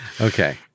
Okay